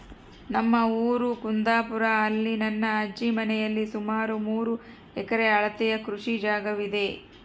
ನಮ್ಮ ಊರು ಕುಂದಾಪುರ, ಅಲ್ಲಿ ನನ್ನ ಅಜ್ಜಿ ಮನೆಯಲ್ಲಿ ಸುಮಾರು ಮೂರು ಎಕರೆ ಅಳತೆಯ ಕೃಷಿ ಜಾಗವಿದೆ